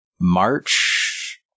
March